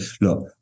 look